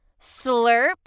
Slurp